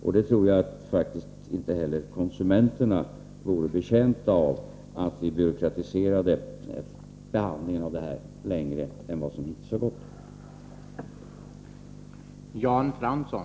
Jag tror att inte heller konsumenterna vore betjänta av att behandlingen blir mer byråkratisk än f.n.